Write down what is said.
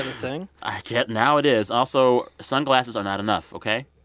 ah thing? i yeah now it is. also, sunglasses are not enough, ok?